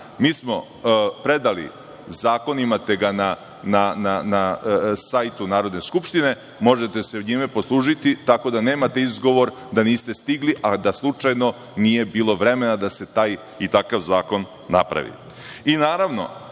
Mi smo predali zakon, imate ga na sajtu Narodne skupštine, možete se njime poslužiti, tako da nemate izgovor da niste stigli, a da slučajno nije bilo vremena da se taj i takav zakon napravi. Naravno,